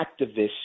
activists